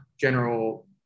general